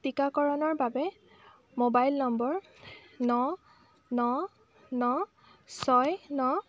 টীকাকৰণৰ বাবে mobile number ন ন ন ছয় ন